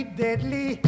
deadly